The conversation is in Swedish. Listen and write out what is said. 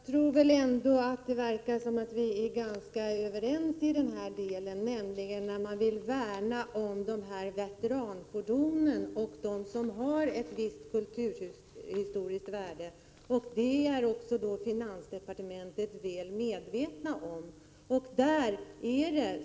Herr talman! Vi verkar ändå vara rätt överens beträffande att värna om dessa veteranfordon och de bilar som har ett visst kulturhistoriskt värde. Det är man också i finansdepartementet väl medveten om.